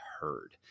heard